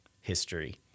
history